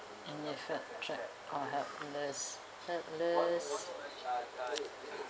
and you felt trap or helpless helpless